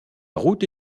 route